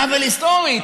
עוול היסטורי.